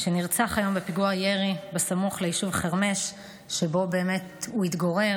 שנרצח היום בפיגוע ירי סמוך ליישוב חרמש שבו הוא התגורר,